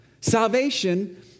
Salvation